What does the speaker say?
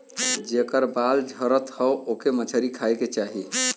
जेकर बाल झरत हौ ओके मछरी खाए के चाही